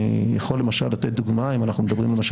אני יכול למשל לתת דוגמה.